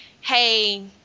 hey